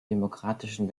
demokratischen